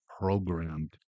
programmed